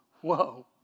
Whoa